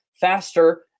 faster